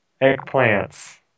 eggplants